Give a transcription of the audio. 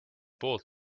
poolt